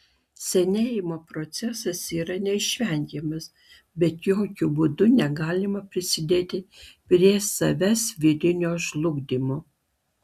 senėjimo procesas yra neišvengiamas bet jokiu būdu negalima prisidėti prie savęs vidinio žlugdymo